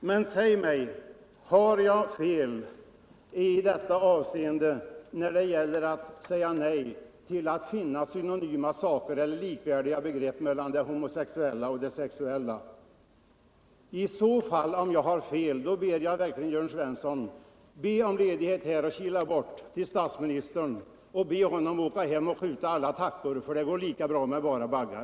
Men säg mig: Har jag fel när det gäller att säga nej till det homosexuella och det heterosexuella som synonyma begrepp? Om jag har fel ber jag verkligen Jörn Svensson: Ansök om ledighet härifrån, kila bort till statsministern och uppmana honom att åka hem och skjuta alla tackor, för det går lika bra med bara baggar!